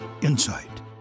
insight